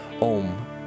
OM